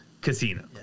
casino